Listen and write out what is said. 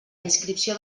inscripció